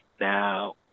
Now